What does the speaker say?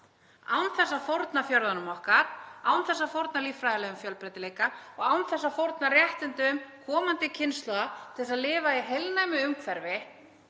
án þess að fórna fjörðunum okkar, án þess að fórna líffræðilegum fjölbreytileika og án þess að fórna réttindum komandi kynslóða til að lifa í heilnæmu umhverfi.